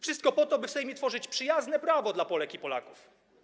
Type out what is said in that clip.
Wszystko po to, by w Sejmie tworzyć przyjazne prawo dla Polek i Polaków.